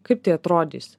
kaip tai atrodys